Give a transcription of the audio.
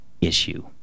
issue